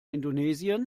indonesien